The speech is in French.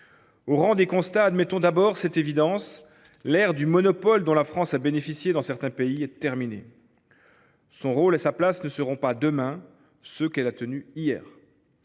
Au rang des constats, admettons tout d’abord cette évidence : l’ère du monopole dont la France a bénéficié dans certains pays est terminée. Son rôle et sa place ne seront pas demain ceux qu’elle a tenus hier.